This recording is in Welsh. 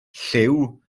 llyw